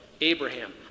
Abraham